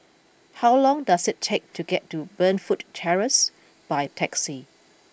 how long does it take to get to Burnfoot Terrace by taxi